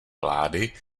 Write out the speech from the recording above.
vlády